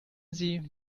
sie